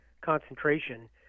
concentration